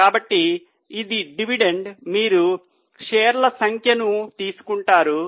కాబట్టి ఇది డివిడెండ్ మీరు షేర్ల సంఖ్యను తీసుకుంటారు